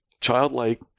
childlike